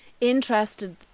interested